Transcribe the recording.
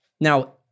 Now